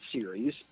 series